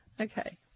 Okay